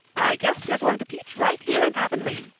i guess you're going to teach right here in avonlea.